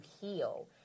heal